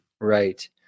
Right